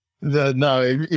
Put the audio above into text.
no